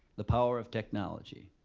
the power of technology.